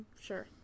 Sure